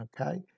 okay